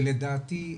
שלדעתי,